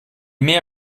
mehr